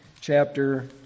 chapter